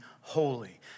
holy